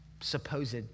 supposed